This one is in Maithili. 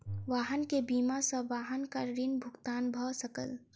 वाहन के बीमा सॅ वाहनक ऋण भुगतान भ सकल